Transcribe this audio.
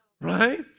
right